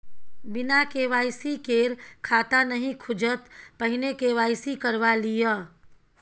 बिना के.वाई.सी केर खाता नहि खुजत, पहिने के.वाई.सी करवा लिअ